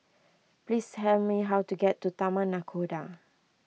please tell me how to get to Taman Nakhoda